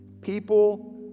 People